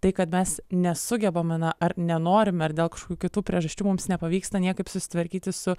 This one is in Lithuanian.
tai kad mes nesugebame na ar nenorim ar dėl kažkokių kitų priežasčių mums nepavyksta niekaip susitvarkyti su